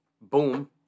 boom